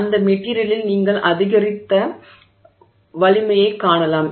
அந்த மெட்டிரியலில் நீங்கள் அதிகரித்த வலிமையைக் காணலாம்